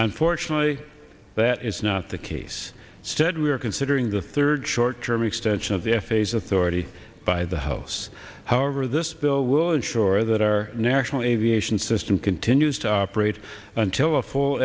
unfortunately that is not the case said we are considering the third short term extension of the f a s authority by the house however this bill will ensure that our national aviation system continues to operate until a full